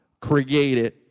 created